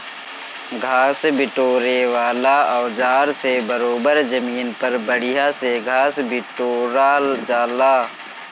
घास बिटोरे वाला औज़ार से बरोबर जमीन पर बढ़िया से घास बिटोरा जाला